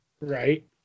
Right